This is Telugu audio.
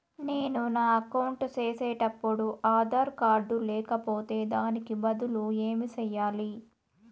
నేను నా అకౌంట్ సేసేటప్పుడు ఆధార్ కార్డు లేకపోతే దానికి బదులు ఏమి సెయ్యాలి?